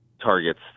targets